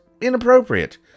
inappropriate